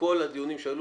בכל הדיונים שהיו,